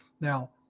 Now